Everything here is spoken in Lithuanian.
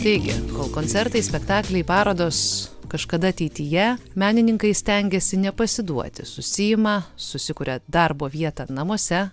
taigi kol koncertai spektakliai parodos kažkada ateityje menininkai stengiasi nepasiduoti susiima susikuria darbo vietą namuose